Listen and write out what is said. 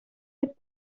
fet